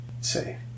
say